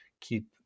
keep